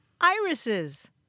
Irises